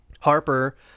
Harper